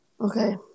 Okay